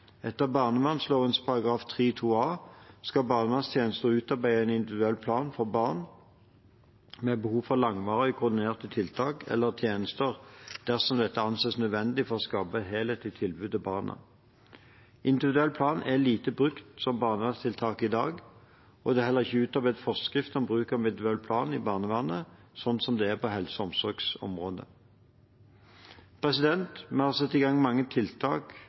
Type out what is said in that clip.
Etter barnevernloven § 3-2 a skal barnevernstjenesten utarbeide en individuell plan for barn med behov for langvarige og koordinerte tiltak eller tjenester dersom dette anses nødvendig for å skape et helhetlig tilbud til barnet. Individuell plan er lite brukt som barnevernstiltak i dag, og det er heller ikke utarbeidet forskrift om bruken av individuell plan i barnevernet, slik det er på helse- og omsorgsområdet. Vi har satt i gang mange tiltak